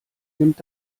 nimmt